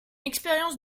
expérience